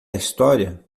história